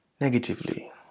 negatively